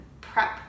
prep